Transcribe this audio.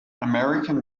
american